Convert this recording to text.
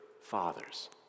fathers